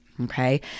okay